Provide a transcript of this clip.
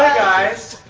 guys!